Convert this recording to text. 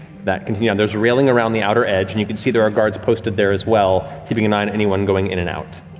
that continue on. there's railing around the outer edge and you can see there are guards posted there as well, keeping an eye on anyone going in and out.